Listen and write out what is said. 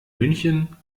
münchen